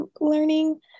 learning